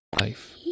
Life